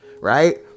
Right